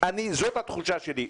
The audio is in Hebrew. זאת התחושה שלי,